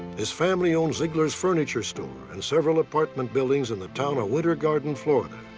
his family owned zeigler's furniture store and several apartment buildings in the town of winter garden, florida.